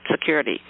security